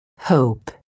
hope